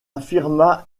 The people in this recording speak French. affirma